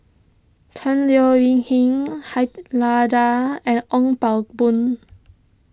Tan Leo Wee Hin Han Lao Da and Ong Pang Boon